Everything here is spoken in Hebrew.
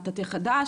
מטאטא חדש".